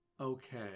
Okay